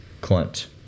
Clint